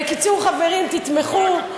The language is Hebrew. בקיצור, חברים, תתמכו.